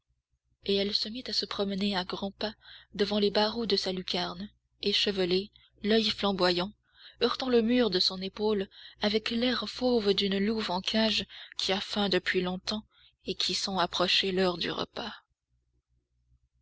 et elle se mit à se promener à grands pas devant les barreaux de sa lucarne échevelée l'oeil flamboyant heurtant le mur de son épaule avec l'air fauve d'une louve en cage qui a faim depuis longtemps et qui sent approcher l'heure du repas